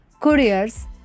couriers